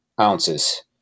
ounces